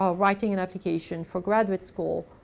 ah writing an application for graduate school,